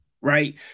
right